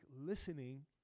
listening